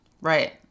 Right